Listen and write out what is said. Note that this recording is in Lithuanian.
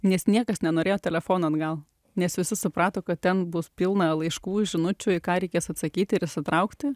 nes niekas nenorėjo telefono atgal nes visi suprato kad ten bus pilna laiškų žinučių į ką reikės atsakyti ir įsitraukti